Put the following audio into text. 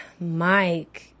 Mike